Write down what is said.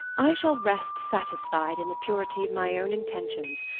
i shall rest satisfied in the purity of my own intentions,